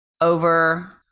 over